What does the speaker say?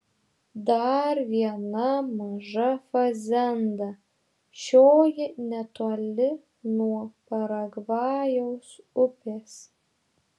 dar viena maža fazenda šioji netoli nuo paragvajaus upės